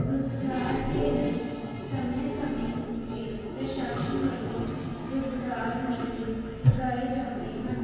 ਰੁਜ਼ਗਾਰ ਦੇ ਲਈ ਸਮੇਂ ਸਮੇਂ ਉੱਤੇ ਪ੍ਰਸ਼ਾਸਨ ਵੱਲੋਂ ਰੁਜ਼ਗਾਰ ਮੇਲੇ ਲਗਾਏ ਜਾਂਦੇ ਹਨ